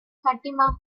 fatima